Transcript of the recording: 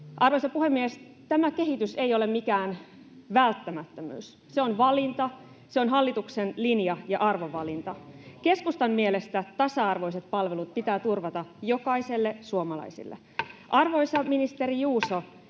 Arvoisa puhemies! Tämä kehitys ei ole mikään välttämättömyys. Se on valinta. Se on hallituksen linja- ja arvovalinta. Keskustan mielestä tasa-arvoiset palvelut pitää turvata jokaiselle suomalaiselle. [Puhemies